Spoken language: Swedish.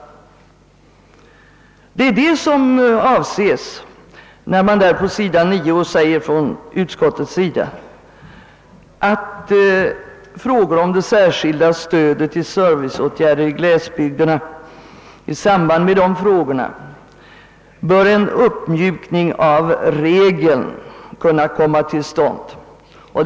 Det är alltså detta som avses när utskottet skriver: »Skulle emellertid i samband med frågor om det särskilda stödet till serviceåtgärder i glesbygderna en uppmjukning av regeln befinnas lämplig bör Kungl. Maj:t äga förordna därom.